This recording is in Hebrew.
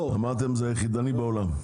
אמרתם שזה יחידני בעולם.